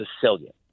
Sicilian